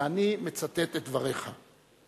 ואני מצטט את דבריך: